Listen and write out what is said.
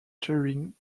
during